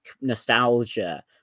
nostalgia